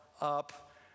up